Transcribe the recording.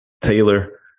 Taylor